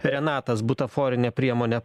renatas butaforinė priemonė